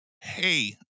Hey